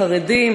חרדים.